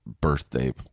birthday